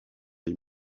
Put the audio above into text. les